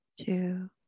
two